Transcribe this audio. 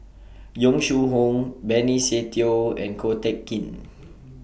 Yong Shu Hoong Benny Se Teo and Ko Teck Kin